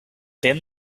then